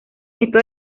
esto